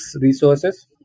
resources